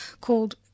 called